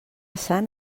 sant